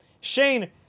Shane